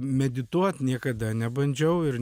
medituot niekada nebandžiau ir